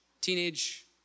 teenage